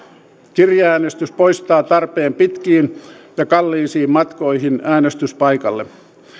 kirjeäänestys poistaa tarpeen pitkiin ja kalliisiin matkoihin äänestyspaikalle